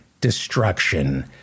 destruction